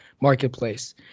marketplace